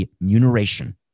remuneration